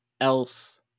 else